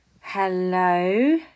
Hello